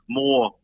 more